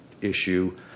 issue